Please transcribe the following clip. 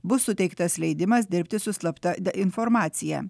bus suteiktas leidimas dirbti su slapta informacija